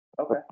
Okay